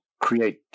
create